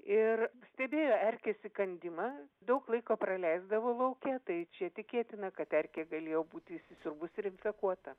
ir stebėjo erkės įkandimą daug laiko praleisdavo lauke tai čia tikėtina kad erkė galėjo būti įsisiurbus ir infekuota